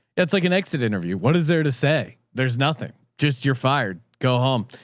it's like an exit interview. what is there to say? there's nothing just you're fired. go home.